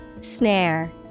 Snare